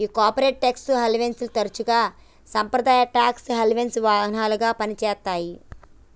ఈ corporate tax హేవెన్ని తరసుగా సాంప్రదాయ టాక్స్ హెవెన్సి వాహనాలుగా పని చేత్తాయి